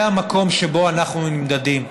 זה המקום שבו אנחנו נמדדים.